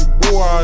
boy